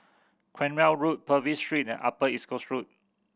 Cranwell Road Purvis Street and Upper East Coast Road